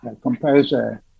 composer